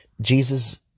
Jesus